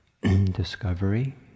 discovery